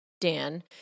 Dan